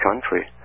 country